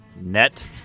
net